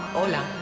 Hola